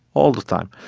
all the time,